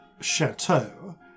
chateau